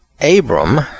Abram